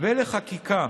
ולחקיקה